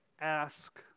ask